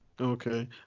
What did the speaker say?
Okay